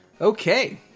Okay